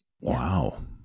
Wow